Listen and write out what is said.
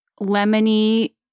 lemony